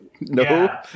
No